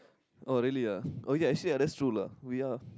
oh really ah oh ya actually that's true lah we are